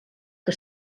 que